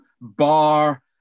bar